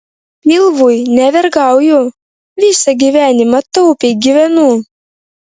pilvui nevergauju visą gyvenimą taupiai gyvenu